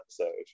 episode